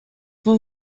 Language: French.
vous